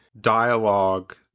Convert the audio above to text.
dialogue